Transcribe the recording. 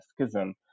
schism